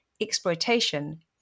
exploitation